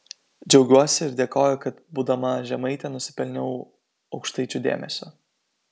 džiaugiuosi ir dėkoju kad būdama žemaitė nusipelniau aukštaičių dėmesio